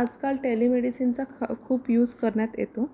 आजकाल टेलीमेडिसिनचा ख खूप यूज करण्यात येतो